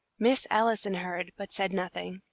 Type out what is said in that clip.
miss allison heard, but said nothing.